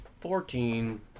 Fourteen